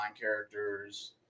characters